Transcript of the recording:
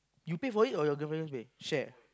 you pay for it or your girlfriend pay share ah